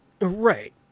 Right